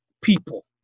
people